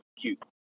cute